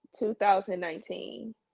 2019